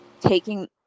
taking